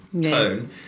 tone